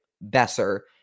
Besser